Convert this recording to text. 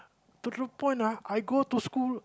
to the point ah I go to school